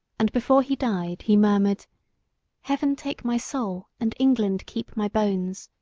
and before he died, he murmured heaven take my soul and england keep my bones.